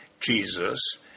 Jesus